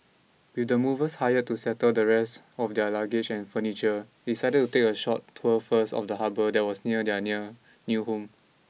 with the movers hired to settle the rest of their luggage and furniture decided to take a short tour first of the harbour that was near their near new home